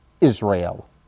Israel